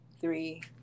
three